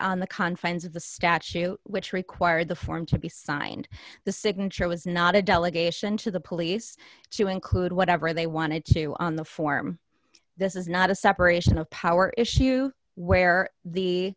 on the confines of the statue which required the form to be signed the signature was not a delegation to the police to include whatever they wanted to on the form this is not a separation of power issue where the